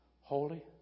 holy